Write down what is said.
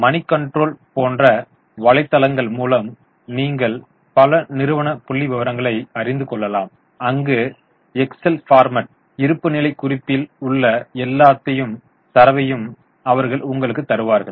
Moneycontrol போன்ற வலைத்தளங்கள் மூலம் நீங்கள் பல நிறுவன புள்ளிவிவரங்களை அறிந்துகொள்ளலாம் அங்கு எக்செல் பார்மட்டில் இருப்புநிலைக் குறிப்பில் உள்ள எல்லாத் தரவையும் அவர்கள் உங்களுக்கு தருவார்கள்